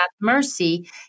mercy